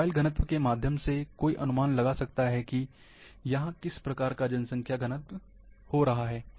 mobile घनत्व के माध्यम से कोई अनुमान लगा सकता है कि यहाँ किस प्रकार का जनसंख्या घनत्व हो रहा है